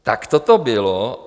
Takto to bylo.